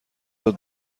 داد